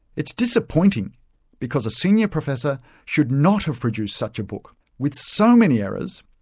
it's disappointing because a senior professor should not have produced such a book with so many errors,